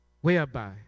Whereby